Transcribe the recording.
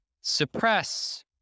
suppress